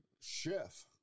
chef